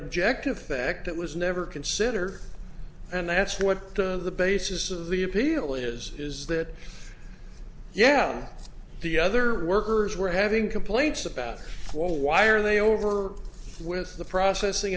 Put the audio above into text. objective fact that was never consider and that's what the basis of the appeal is is that yeah the other workers were having complaints about well why are they over with the processing